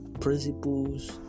principles